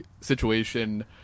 situation